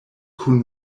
kun